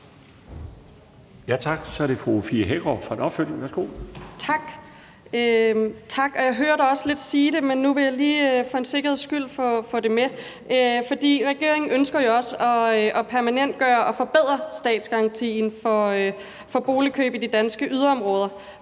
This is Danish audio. Tak. Så er det fru Fie Hækkerup for et opfølgende spørgsmål. Kl. 21:08 Fie Hækkerup (S): Tak. Jeg hørte lidt ordføreren sige det, men nu vil jeg lige for en sikkerheds skyld spørge. Regeringen ønsker jo også at permanentgøre og forbedre statsgarantien for boligkøb i de danske yderområder